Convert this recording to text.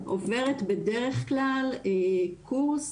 היא עוברת בדרך כלל קורס,